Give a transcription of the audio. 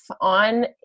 on